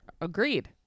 Agreed